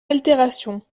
altération